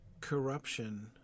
corruption